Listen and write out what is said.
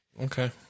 Okay